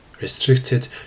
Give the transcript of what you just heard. restricted